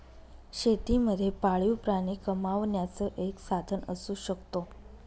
शेती मध्ये पाळीव प्राणी कमावण्याचं एक साधन असू शकतो